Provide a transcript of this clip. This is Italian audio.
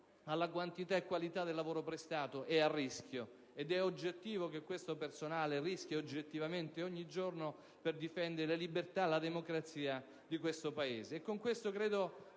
alla quantità e qualità del lavoro prestato, e al rischio, ed è oggettivo che questo personale rischi ogni giorno per difendere la libertà e la democrazia di questo Paese. Con questo il